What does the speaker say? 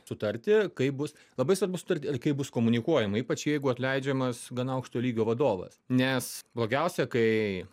sutarti kaip bus labai svarbus sutarti ir kaip bus komunikuojama ypač jeigu atleidžiamas gan aukšto lygio vadovas nes blogiausia kai